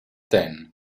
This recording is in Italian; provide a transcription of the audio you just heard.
ten